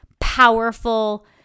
powerful